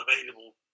available